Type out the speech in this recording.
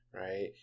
right